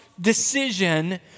decision